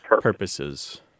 purposes